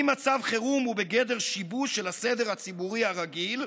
אם מצב חירום הוא בגדר שיבוש של הסדר הציבורי הרגיל,